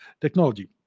technology